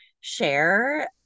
share